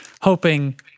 hoping